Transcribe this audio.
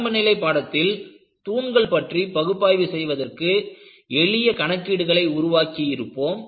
ஆரம்பநிலை பாடத்தில் தூண்கள் பற்றி பகுப்பாய்வு செய்வதற்கு எளிய கணக்கீடுகளை உருவாக்கி இருப்போம்